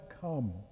come